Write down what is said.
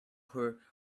her